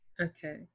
Okay